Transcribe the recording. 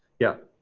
yep.